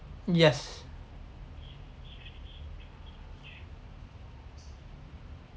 yes